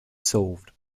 solved